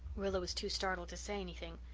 rilla was too startled to say anything.